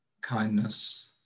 kindness